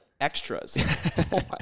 extras